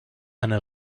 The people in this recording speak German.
eine